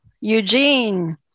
Eugene